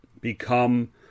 become